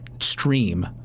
stream